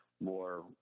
more